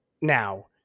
Now